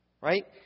Right